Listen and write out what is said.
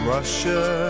Russia